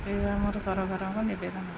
ଏ ଆମର ସରକାରଙ୍କ ନିବେଦନ